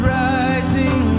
rising